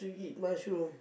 to eat mushroom